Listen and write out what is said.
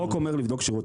החוק אומר לבדוק כשירות,